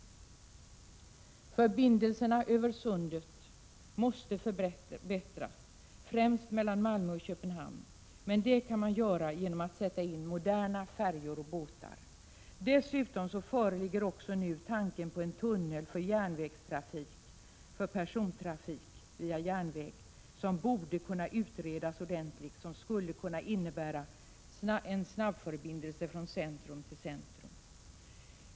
Förbindelserna över sundet måste förbättras, främst mellan Malmö och Köpenhamn. Men det kan man göra genom att sätta in moderna färjor och båtar. Dessutom föreligger nu också planer på en järnvägstunnel för persontrafik. Dessa borde utredas ordentligt. En sådan tunnel skulle kunna innebära en snabbförbindelse från centrum till centrum.